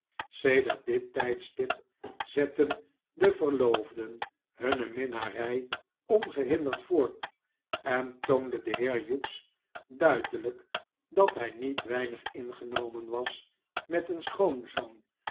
sedert dit tijdstip zetten de verloofden hunne minnarij ongehinderd voort en toonde de heer hughes duidelijk dat hij niet weinig ingenomen was met een schoonzoon